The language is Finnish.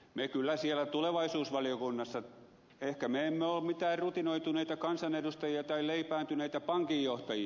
ehkä me siellä tulevaisuusvaliokunnassa emme ole mitään rutinoituneita kansanedustajia tai leipääntyneitä pankinjohtajia